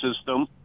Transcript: system